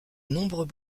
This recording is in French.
nombreux